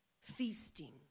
feasting